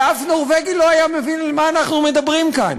ואף נורבגי לא היה מבין על מה אנחנו מדברים כאן.